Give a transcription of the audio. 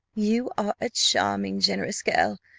you are a charming, generous girl,